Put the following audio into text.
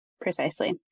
precisely